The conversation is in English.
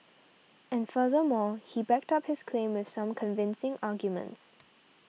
and furthermore he backed up his claim with some convincing arguments